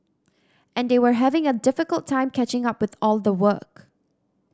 and they were having a difficult time catching up with all the work